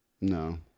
No